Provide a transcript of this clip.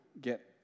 get